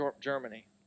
Germany